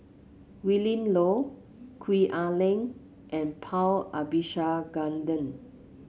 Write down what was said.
Willin Low Gwee Ah Leng and Paul Abisheganaden